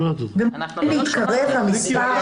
--- נתקרב למספר,